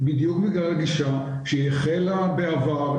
בדיוק בגלל הגישה שהיא החלה בעבר,